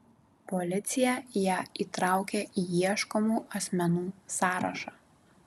policija ją įtraukė į ieškomų asmenų sąrašą